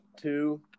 two